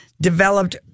developed